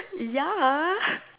ya